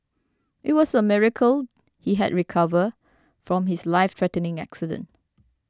it was a miracle he had recovered from his life threatening accident